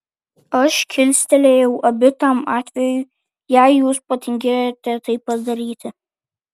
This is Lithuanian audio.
aš kilstelėjau abi tam atvejui jei jūs patingėjote tai padaryti